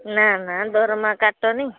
ନା ନା ଦରମା କାଟନି